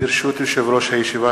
ברשות יושב-ראש הישיבה,